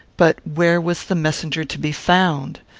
but where was the messenger to be found?